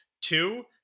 Two